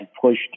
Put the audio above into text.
pushed